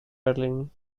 berlín